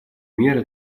меры